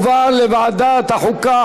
לוועדת החוקה,